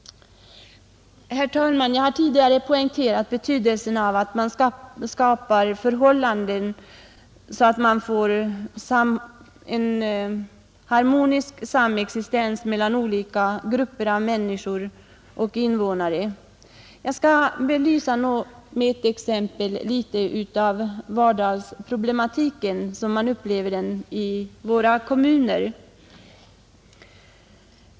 Herr talman! Jag har tidigare poängterat betydelsen av att vi skapar förhållanden som möjliggör en harmonisk samexistens mellan olika grupper av människor och innevånare. Jag skall med ett exempel belysa litet av vardagsproblematiken som man upplever den i våra kommuner.